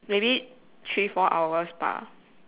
maybe three four hours 吧：ba